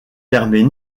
permet